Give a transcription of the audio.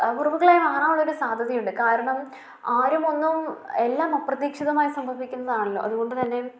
മുറിവുകളായി മാറാനുള്ളൊരു സാധ്യതയുണ്ട് കാരണം ആരും ഒന്നും എല്ലാം അപ്രതീക്ഷിതമായി സംഭവിക്കുന്നതാണല്ലോ അതുകൊണ്ടു തന്നെയും